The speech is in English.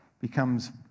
becomes